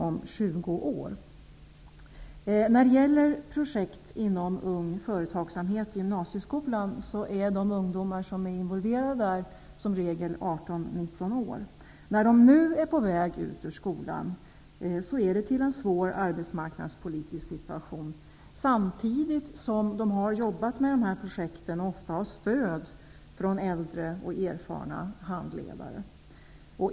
De ungdomar som är involverade i projekt inom ramen för ung företagsamhet i gymnasieskolan är som regel 18--19 år. De som nu är på väg ut ur skolan möter en svår arbetsmarknadspolitisk situation. De som har jobbat med dessa projekt har ofta stöd av äldre och erfarna handledare.